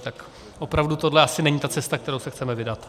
Tak opravdu tohle asi není ta cesta, kterou se chceme vydat.